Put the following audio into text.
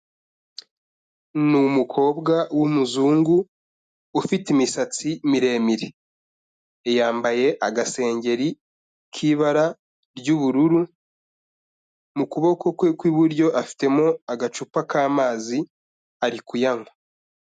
Ni umukobwa w'umuzungu ufite imisatsi miremire, yambaye agasengeri k'ibara ry'ubururu, mu kuboko kwe kw'iburyo afitemo agacupa k'amazi ari kuyanywa.